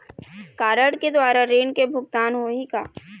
Card के द्वारा ऋण के भुगतान होही का?